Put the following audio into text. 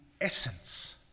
essence